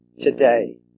today